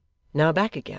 now back again,